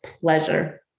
pleasure